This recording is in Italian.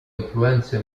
influenze